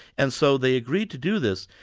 and so they agreed to do this.